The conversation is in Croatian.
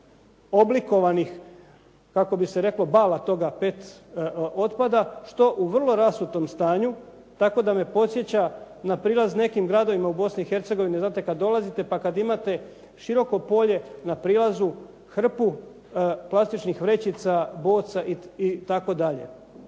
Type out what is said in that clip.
oblikovanih kako bi se reklo bala toga pet otpada, što u vrlo rasutom stanju tako da me podsjeća na prilaz nekim gradovima u Bosni i Hercegovini, kad dolazite pa kad imate široko polje na prilazu, hrpu plastičnih vrećica, boca itd.